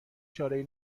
چارهای